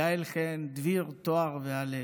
גאל-חן, דביר, טוהר והלל,